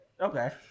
Okay